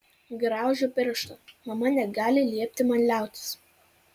graužiu pirštą mama negali liepti man liautis